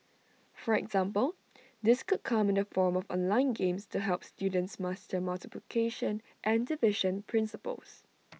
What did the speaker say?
for example this could come in the form of online games to help students master multiplication and division principles